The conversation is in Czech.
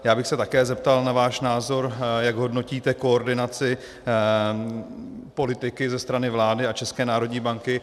Já bych se také zeptal na váš názor, jak hodnotíte koordinaci politiky ze strany vlády a České národní banky.